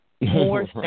More